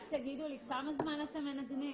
רק תגידו לי כמה זמן אתם מנגנים.